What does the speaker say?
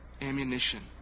ammunition